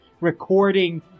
recording